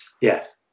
Yes